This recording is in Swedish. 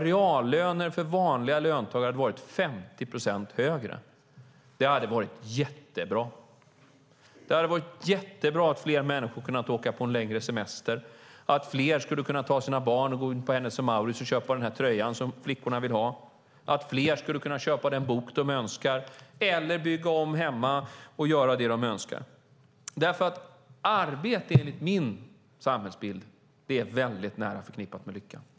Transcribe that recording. Reallönerna för vanliga löntagare hade varit 50 procent högre. Det hade varit jättebra. Det hade varit jättebra om fler människor kunnat åka på en längre semester, om fler kunnat ta sina barn till Hennes & Mauritz och köpa den här tröjan som flickorna vill ha, om fler kunnat köpa den bok de önskar, bygga om hemma och göra vad de önskar. Arbete, enligt min samhällsbild, är väldigt nära förknippat med lycka.